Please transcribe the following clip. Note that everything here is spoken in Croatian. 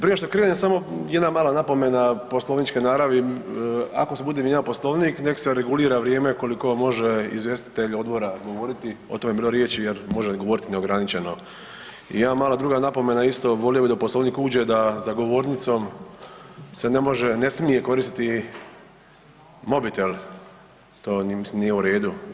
Prije nego što krenem samo jedna mala napomena poslovničke naravni, ako se bude mijenjao Poslovnik, nek se regulira vrijeme koliko može izvjestitelj odbora govoriti, o tome je bilo riječi, jer može govoriti neograničeno i jedna malo druga napomena, volio bih da u Poslovnik uđe da za govornicom se ne može, ne smije koristiti mobitel, to mislim nije u redu.